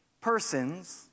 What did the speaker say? persons